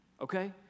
okay